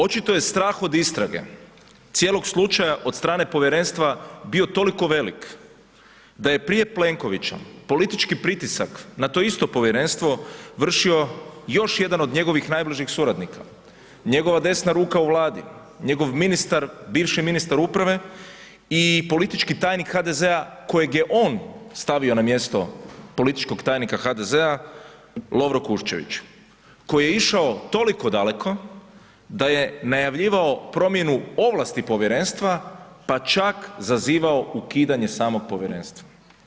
Očito je strah od istrage cijelog slučaja od strane povjerenstva bio toliko velik da je prije Plenkovića politički pritisak na to isto povjerenstvo vršio još jedan od njegovih najbližih suradnika, njegova desna ruka u Vladi, njegov ministar, bivši ministar uprave i politički tajnik HDZ-a kojeg je on stavio na mjestu političkog tajnika HDZ-a Lovro Kuščević koji je išao toliko daleko da je najavljivao promjenu ovlasti povjerenstva pa čak zazivao ukidanje samog povjerenstva.